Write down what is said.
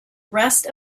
rest